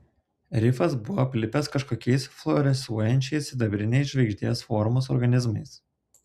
rifas buvo aplipęs kažkokiais fluorescuojančiais sidabriniais žvaigždės formos organizmais